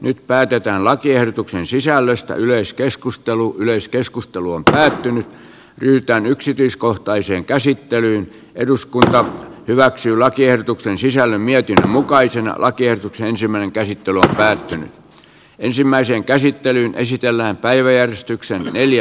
nyt päätetään lakiehdotuksen sisällöstä yleiskeskustelu yleiskeskustelu on pysähtynyt yhtään yksityiskohtaiseen käsittelyyn eduskunta hyväksyy lakiehdotuksen sisällön mietinnön mukaisina lakien ensimmäinen kärkitulos päättynyt ensimmäiseen käsittelyyn esitellään päiväjärjestyksen eli